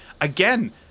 again